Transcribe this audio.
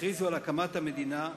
הכריזו על הקמת המדינה,